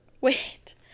wait